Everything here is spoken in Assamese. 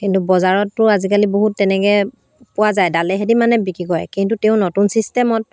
কিন্তু বজাৰততো আজিকালি বহুত তেনেকৈ পোৱা যায় দালেসেটি মানে বিক্ৰী কৰে কিন্তু তেওঁ নতুন ছিষ্টেমত